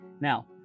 Now